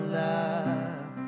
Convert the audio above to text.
love